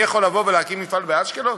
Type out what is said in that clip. אני יכול לבוא ולהקים מפעל באשקלון?